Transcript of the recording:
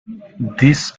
this